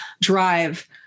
drive